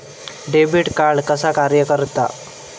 Debit card कसा कार्य करता?